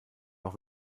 auch